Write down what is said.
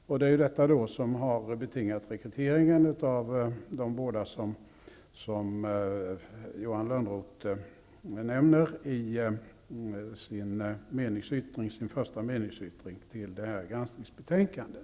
Detta är vad som har betingat rekryteringen av de båda personer Johan Lönnroth nämner i den första delen av sin meningsyttring till detta granskningsbetänkande.